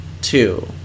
two